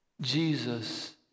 Jesus